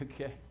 okay